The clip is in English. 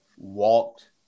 walked